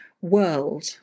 world